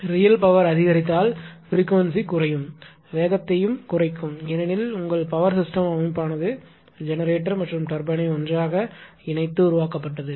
real power அதிகரித்தால் frequency குறையும் வேகத்தையும் குறைக்கும் ஏனெனில் உங்கள் பவர் சிஸ்டம் அமைப்பானது ஜெனெரேட்டர் மற்றும் டர்பைனை ஒன்றாக இணைந்து உருவாக்கப்பட்டது